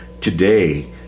today